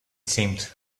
seemed